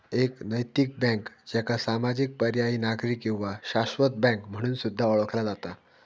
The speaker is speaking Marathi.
एक नैतिक बँक, ज्याका सामाजिक, पर्यायी, नागरी किंवा शाश्वत बँक म्हणून सुद्धा ओळखला जाता